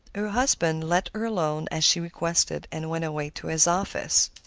her husband let her alone as she requested, and went away to his office.